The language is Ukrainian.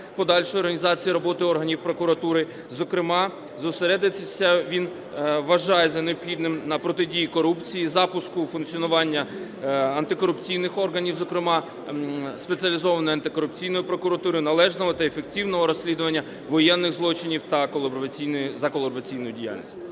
подальшої організації роботи органів прокуратури. Зокрема зосередитися він вважає за необхідне на протидії корупції, запуску функціонування антикорупційних органів, зокрема Спеціалізованої антикорупційної прокуратури, належного та ефективного розслідування воєнних злочинів та колабораційної діяльності.